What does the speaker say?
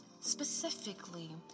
specifically